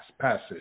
passage